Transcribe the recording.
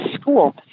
school